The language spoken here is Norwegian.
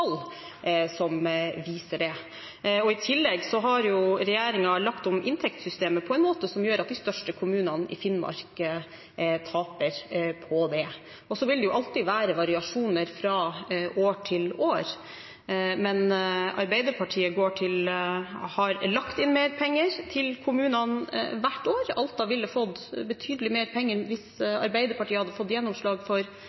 egne tall viser det. I tillegg har regjeringen lagt om inntektssystemet på en måte som gjør at de største kommunene i Finnmark taper på det. Det vil alltid være variasjoner fra år til år, men Arbeiderpartiet har lagt inn mer penger til kommunene hvert år. Alta ville fått betydelig mer penger hvis Arbeiderpartiet hadde fått gjennomslag for